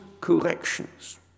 corrections